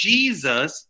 Jesus